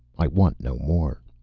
i want no more.